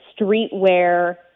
streetwear